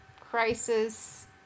crisis